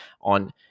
on